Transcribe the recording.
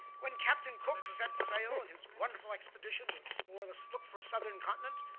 when captain cook set sail on his wonderful expedition to explore the to look for a southern continent,